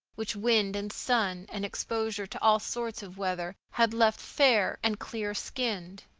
which wind and sun and exposure to all sorts of weather had left fair and clear-skinned.